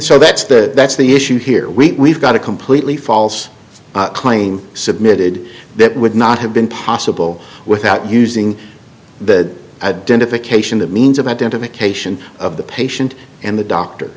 so that's the that's the issue here we got a completely false claim submitted that would not have been possible without using the identification that means of identification of the patient and the doctor